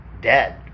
Dead